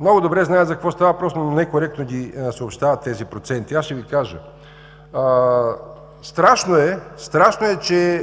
много добре знаят за какво става въпрос, но не коректно ги съобщават тези проценти. Аз ще Ви кажа, страшно е